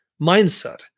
mindset